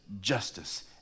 justice